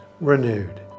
renewed